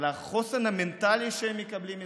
ועל החוסן המנטלי שהם מקבלים מזה.